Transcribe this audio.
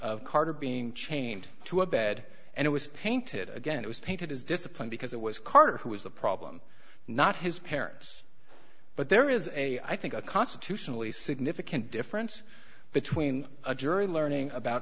of carter being chained to a bed and it was painted again it was painted as discipline because it was carter who was the problem not his parents but there is a i think a constitutionally significant difference between a jury learning about